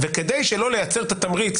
כדי שלא לייצר את התמריץ,